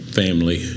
family